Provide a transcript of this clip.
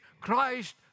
Christ